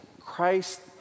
Christ